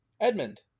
Edmund